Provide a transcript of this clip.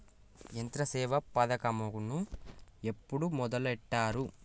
యంత్రసేవ పథకమును ఎప్పుడు మొదలెట్టారు?